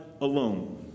alone